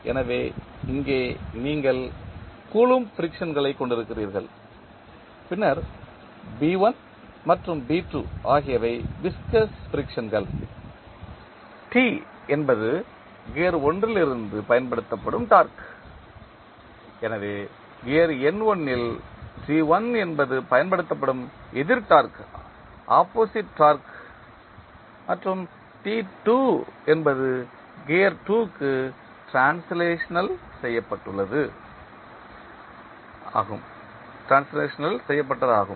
எனவே இங்கே நீங்கள் கூலொம்ப் ஃபிரிக்சன்களைக் கொண்டிருக்கிறீர்கள் பின்னர் மற்றும் ஆகியவை விஸ்கஸ் ஃபிரிக்சன்கள் T என்பது கியர் 1 இலிருந்து பயன்படுத்தப்படும் டார்க்கு எனவே கியர் N1 இல் T1 என்பது என்பது பயன்படுத்தப்படும் எதிர் டார்க்கு மற்றும் T2 என்பது கியர் 2 க்கு டிரான்ஸ்லேஷனல் செய்யப்பட்டுள்ளது ஆகும்